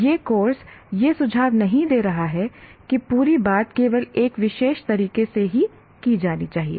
यह कोर्स यह सुझाव नहीं दे रहा है कि पूरी बात केवल एक विशेष तरीके से की जानी चाहिए